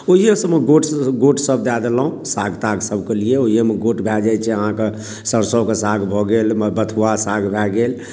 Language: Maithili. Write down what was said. ओहि सभमे गोट सँ गोट सभ दै देलहुॅं साग ताग सभके लिए ओहि मे गोट भऽ जाइ छै अहाँके सरसो के साग भऽ गेल अहाँके बथुआ साग भऽ गेल